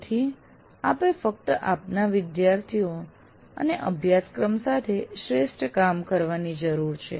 તેથી આપે ફક્ત આપના વિદ્યાર્થીઓ અને અભ્યાસક્રમ સાથે શ્રેષ્ઠ કામ કરવાની જરૂર છે